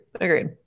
Agreed